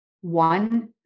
one